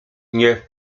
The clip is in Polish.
nie